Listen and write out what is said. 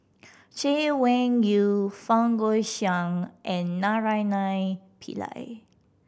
Chay Weng Yew Fang Guixiang and Naraina Pillai